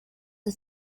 the